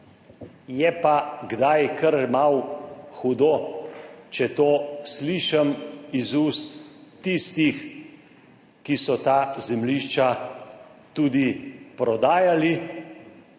je pa kdaj kar malo hudo, če to slišim iz ust tistih, ki so ta zemljišča tudi prodajali